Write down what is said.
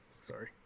Sorry